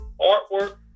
artwork